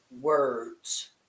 words